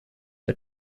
for